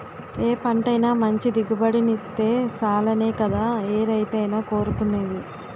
ఏ పంటైనా మంచి దిగుబడినిత్తే సాలనే కదా ఏ రైతైనా కోరుకునేది?